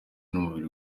n’umubiri